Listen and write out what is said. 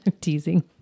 teasing